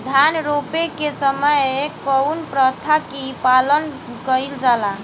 धान रोपे के समय कउन प्रथा की पालन कइल जाला?